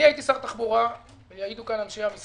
אם היינו רוצים אפס הרוגים היינו סוגרים את המדינה לחלוטין,